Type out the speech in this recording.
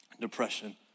depression